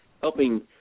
helping